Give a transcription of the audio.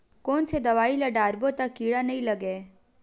कोन से दवाई ल डारबो त कीड़ा नहीं लगय?